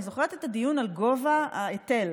אני זוכרת את הדיון על גובה ההיטל.